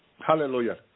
Hallelujah